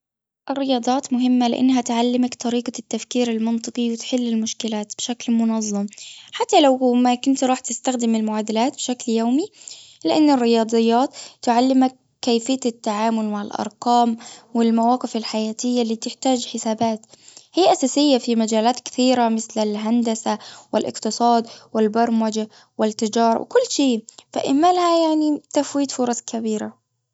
الرياضات مهمة لأنها تعلمك طريقة التفكير المنطقي وتحل المشكلات بشكل منظم. حتى لو ما كنت راح تستخدم المعادلات بشكل يومي. لأن الرياضيات تعلمك كيفية التعامل مع الأرقام والمواقف الحياتية اللي بتحتاج حسابات. هي أساسية في مجالات كثيرة مثل والهندسة والأقتصاد والبرمجة والتجارة وكل شيء تهملها يعني تفويت فرص كبيرة.